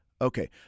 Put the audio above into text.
Okay